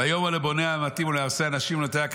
ויאמר לבוני בתים ולמארשי נשים ולנוטעי